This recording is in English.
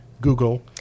Google